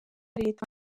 leta